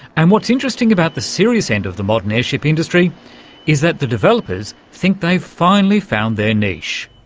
and what's interesting about the serious end of the modern airship industry is that the developers think they've finally found their niche.